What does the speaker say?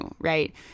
right